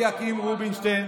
אליקים רובינשטיין,